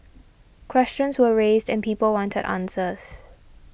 questions were raised and people wanted answers